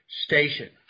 Station